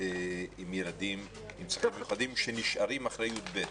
עם ילדים עם צרכים מיוחדים שנשארים אחרי י"ב.